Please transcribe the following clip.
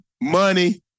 money